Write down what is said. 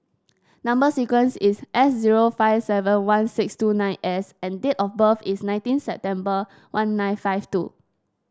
number sequence is S zero five seven one six two nine S and date of birth is nineteen September one nine five two